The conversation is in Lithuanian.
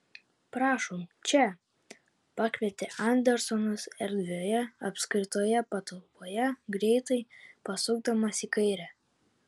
prašom čia pakvietė andersonas erdvioje apskritoje patalpoje greitai pasukdamas į kairę